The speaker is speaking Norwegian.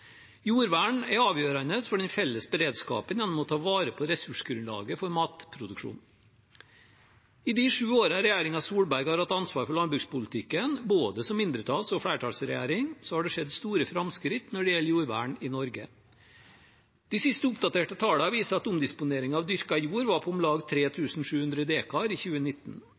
Jordvern er avgjørende for den felles beredskapen gjennom å ta vare på ressursgrunnlaget for matproduksjon. I de sju årene regjeringen Solberg har hatt ansvaret for landbrukspolitikken, både som mindretalls- og som flertallsregjering, har det skjedd store framskritt når det gjelder jordvern i Norge. De sist oppdaterte tallene viser at omdisponeringen av dyrket jord var på om lag 3 700 dekar i 2019.